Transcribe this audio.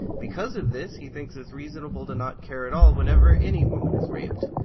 because of this, he thinks it's reasonable to not care at all whenever any woman is raped.